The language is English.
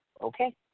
Okay